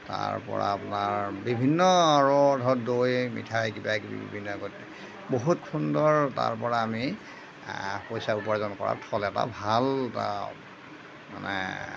তাৰপৰা আপোনাৰ বিভিন্ন আৰু ধৰক দৈ মিঠাই কিবাকিবি বিলাকত বহুত সুন্দৰ তাৰপৰা আমি পইচা উপাৰ্জন কৰাৰ থল এটা ভাল বা মানে